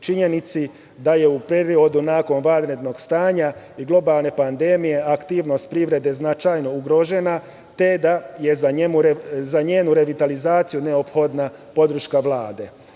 činjenici da je u periodu nakon vanrednog stanja i globalne pandemije aktivnost privrede značajno ugrožena, te da je za njenu revitalizaciju neophodna podrška